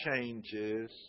changes